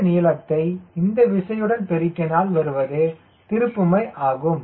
இந்த நிளத்தை இந்த விசையுடன் பெருக்கினால் வருவது திருப்புமை ஆகும்